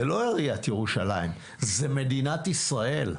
זה לא עיריית ירושלים, זה מדינת ישראל,